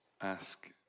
ask